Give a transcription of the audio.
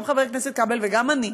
גם חבר הכנסת כבל וגם אני,